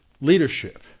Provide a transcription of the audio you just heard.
leadership